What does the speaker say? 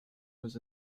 was